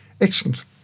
Excellent